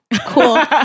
cool